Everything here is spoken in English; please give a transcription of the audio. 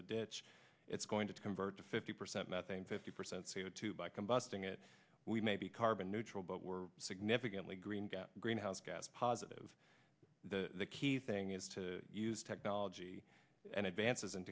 the ditch it's going to convert to fifty percent methane fifty percent c o two by combusting it we may be carbon neutral but we're significantly green got greenhouse gas positive the key thing is to use technology and advances in